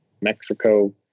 Mexico